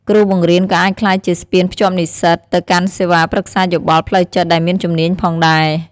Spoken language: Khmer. គ្រូបង្រៀនក៏អាចក្លាយជាស្ពានភ្ជាប់និស្សិតទៅកាន់សេវាប្រឹក្សាយោបល់ផ្លូវចិត្តដែលមានជំនាញផងដែរ។